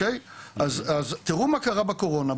תראו מה קרה בקורונה,